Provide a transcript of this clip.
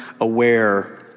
aware